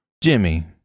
Jimmy